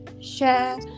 share